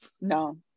no